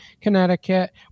Connecticut